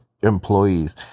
employees